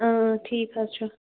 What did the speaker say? اۭں اۭں ٹھیٖک حظ چھُ